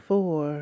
Four